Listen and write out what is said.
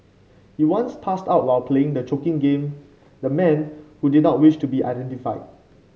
he once passed out while playing the choking game the man who did not wish to be identified